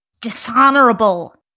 Dishonorable